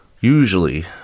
usually